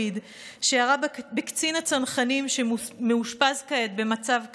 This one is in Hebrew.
שירה בקצין הצנחנים שמאושפז כעת במצב קשה,